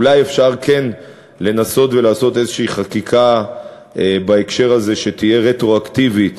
אולי אפשר כן לנסות ולעשות איזו חקיקה בהקשר הזה שתהיה רטרואקטיבית